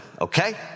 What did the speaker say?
okay